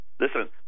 Listen